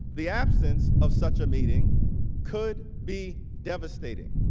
the absence of such a meeting could be devastating.